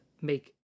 make